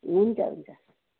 हुन्छ हुन्छ